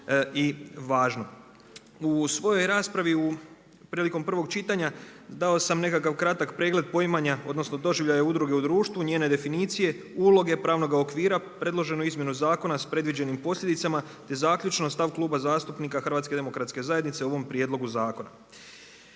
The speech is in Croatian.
i važno. U svojoj raspravi prilikom prvog čitanja dao sam nekakav kratak pregleda poimanja odnosno doživljaja udruge u društvu, njene definicije, uloge pravnoga okvira predloženu izmjenu zakona s predviđenim posljedicama, te zaključno stav Kluba zastupnika HDZ-a o ovom prijedlogu zakona.